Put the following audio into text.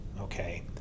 okay